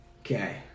Okay